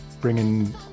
bringing